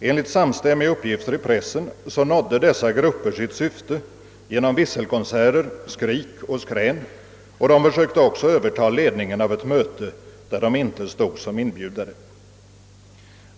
Enligt samstämmiga uppgifter i pressen nådde dessa grupper sitt syfte genom visselkonser ter, skrik och skrän, och de försökte också överta ledningen av ett möte där de inte stod som inbjudare.